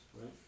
right